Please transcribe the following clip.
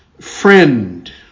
friend